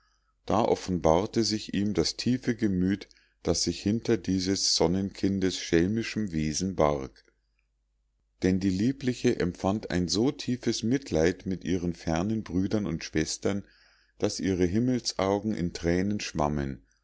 da offenbarte sich ihm das tiefe gemüt das sich hinter dieses sonnenkindes schelmischem wesen barg denn die liebliche empfand ein so tiefes mitleid mit ihren fernen brüdern und schwestern daß ihre himmelsaugen in tränen schwammen